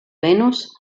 venus